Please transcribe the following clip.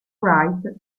wright